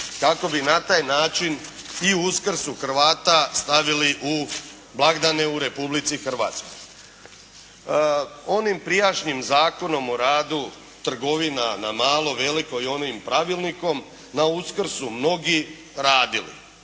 Tako bi na taj način i Uskrs u Hrvata stavili u blagdane u Republici Hrvatskoj. Onim prijašnjim Zakonom o radu trgovina na malo, veliko i onim Pravilnikom na Uskrs su mnogi radili.